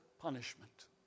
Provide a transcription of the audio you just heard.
punishment